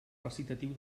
recitatiu